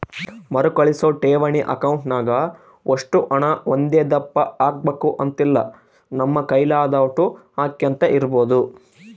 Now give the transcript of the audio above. ಮರುಕಳಿಸೋ ಠೇವಣಿ ಅಕೌಂಟ್ನಾಗ ಒಷ್ಟು ಹಣ ಒಂದೇದಪ್ಪ ಹಾಕ್ಬಕು ಅಂತಿಲ್ಲ, ನಮ್ ಕೈಲಾದೋಟು ಹಾಕ್ಯಂತ ಇರ್ಬೋದು